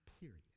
period